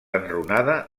enrunada